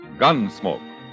Gunsmoke